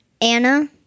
Anna